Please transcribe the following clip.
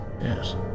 Yes